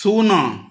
ଶୂନ